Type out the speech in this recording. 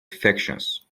factions